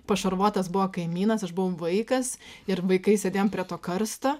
pašarvotas buvo kaimynas aš buvau vaikas ir vaikai sėdėjom prie to karsto